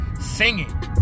singing